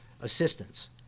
assistance